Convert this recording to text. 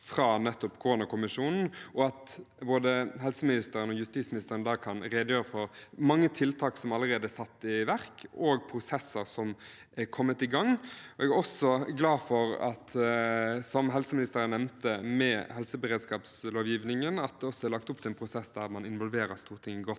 fra nettopp koronakommisjonen, og at både helseministeren og justisministeren da kan redegjøre for mange tiltak som allerede er satt i verk, og prosesser som er kommet i gang. Jeg er også glad for at det er lagt opp til en prosess med helseberedskapslovgivningen, som helseministeren nevnte, der man involverer Stortinget godt.